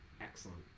excellent